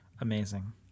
Amazing